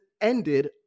ended